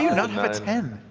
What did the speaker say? not have a ten?